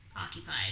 occupied